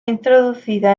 introducida